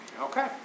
Okay